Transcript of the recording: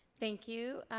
thank you.